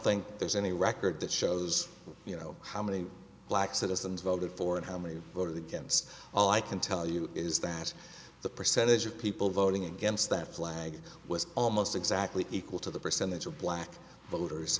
think there's any record that shows you know how many black citizens voted for and how many voted against all i can tell you is that the percentage of people voting against that flag was almost exactly equal to the percentage of black voters